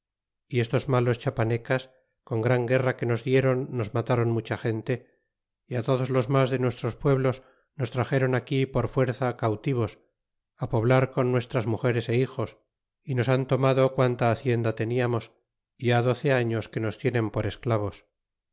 y estos malos chiapanecas con gran guerra que nos dieron nos matáron mucha gente y todos los mas de nuestros pueblos nos traxéron aquí por fuerza cautivos poblar con nuestras mugeres e hijos é nos han tomado quanta hacienda tentarnos y ha doce años que nos tienen por esclavos